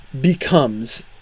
becomes